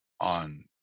on